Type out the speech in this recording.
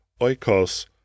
oikos